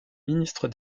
ministre